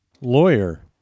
lawyer